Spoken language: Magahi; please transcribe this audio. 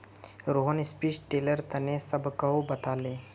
रोहन स्ट्रिप टिलेर तने सबहाको बताले